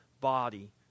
body